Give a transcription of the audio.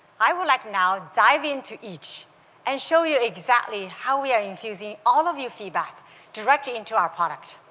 i would like now to dive into each and show you exactly how we are infuse ing all of your feedback directly into our product.